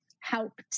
helped